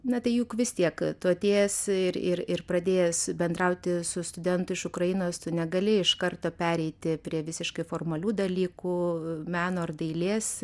na tai juk vis tiek tu atėjęs ir ir ir pradėjęs bendrauti su studentu iš ukrainos tu negali iš karto pereiti prie visiškai formalių dalykų meno ar dailės